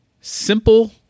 simple